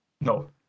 no